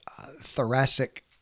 thoracic